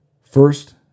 First